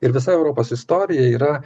ir visa europos istorija yra